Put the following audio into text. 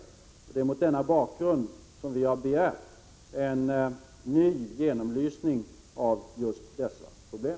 Det är mot denna bakgrund vi har begärt en ny genomlysning av just dessa problem.